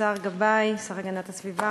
השר גבאי, השר להגנת הסביבה,